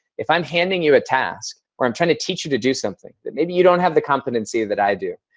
if i'm handing you a task or i'm trying to teach you to do something that maybe you don't have the competency that i do,